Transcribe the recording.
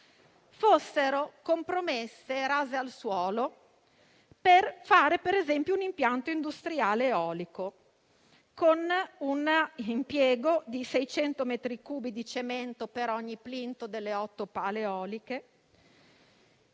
fossero compromessi e rasi al suolo per fare un impianto industriale eolico, con un impiego di 600 metri cubi di cemento per ogni plinto delle 8 pale eoliche